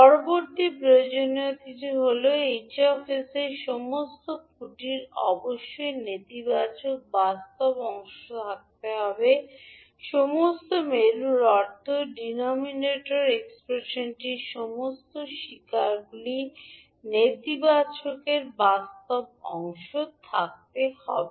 পরবর্তী প্রয়োজনীয়তাটি হল H𝑠 এর সমস্ত খুঁটির অবশ্যই নেতিবাচক বাস্তব অংশ থাকতে হবে সমস্ত মেরুর অর্থ ডিনোমিনেটর এক্সপ্রেশনটির সমস্ত রুটগুলির নেতিবাচক বাস্তব অংশ থাকতে হবে